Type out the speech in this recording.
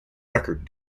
record